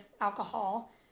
alcohol